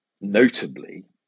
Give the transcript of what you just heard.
notably